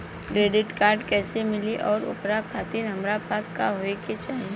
Credit card कैसे मिली और ओकरा खातिर हमरा पास का होए के चाहि?